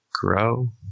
grow